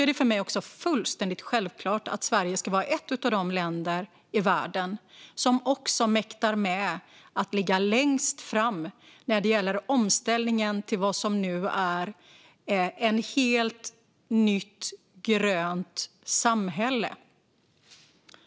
är det för mig också fullständigt självklart att Sverige ska vara ett av de länder i världen som mäktar med att ligga längst fram när det gäller omställningen till vad som nu är ett helt nytt, grönt samhälle.